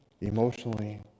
emotionally